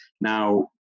now